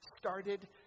started